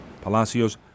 Palacios